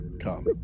come